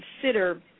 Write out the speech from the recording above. consider